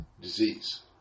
disease